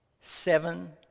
seven